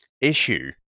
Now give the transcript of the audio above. issue